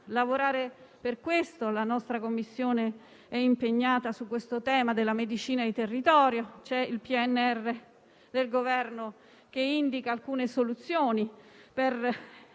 lavorare per questo. La nostra Commissione è impegnata sul tema della medicina di territorio. Il PNRR del Governo indica alcune soluzioni per